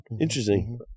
Interesting